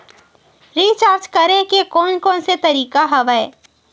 Recharge करे के कोन कोन से तरीका हवय?